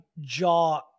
jaw